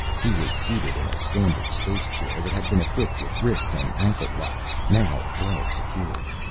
he was seated in a standard spacechair that had been equipped with wrist and ankle locks, now well secured.